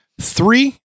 Three